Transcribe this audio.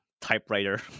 typewriter